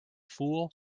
fool